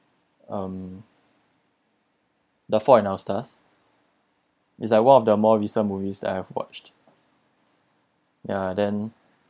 um the fault in our stars is like one of the more recent movies that I have watched ya then